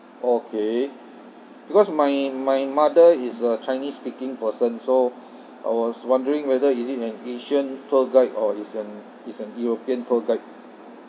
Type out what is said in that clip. okay because my my mother is a chinese speaking person so I was wondering whether is it an asian tour guide or it's an it's an european tour guide